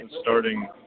starting –